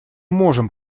можем